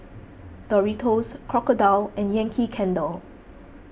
Doritos Crocodile and Yankee Candle